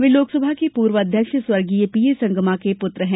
वे लोकसभा के पूर्व अध्यक्ष स्वर्गीय पीए संगमा के प्रत्र हैं